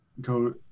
go